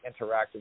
interactive